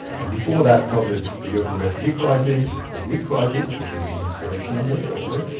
and before that covered the european refugee crisis, the greek crisis, which may be an inspiration on this, by the way,